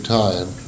time